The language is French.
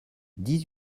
dix